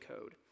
code